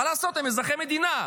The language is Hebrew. מה לעשות, הם אזרחי המדינה.